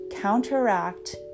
counteract